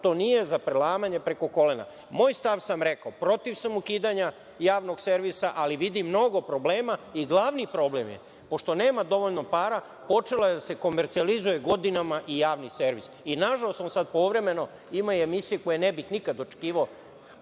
to nije za prelamanje preko kolena. Moj stav sam rekao, protiv sam ukidanja javnog servisa, ali vidim mnogo problema. Glavni problem je, pošto nema dovoljno para, počeo je da se komercijalizuje godinama i javni servis. Nažalost, on sad povremeno imaju i emisije koje ne bih nikada očekivao